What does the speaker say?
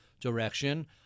direction